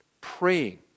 praying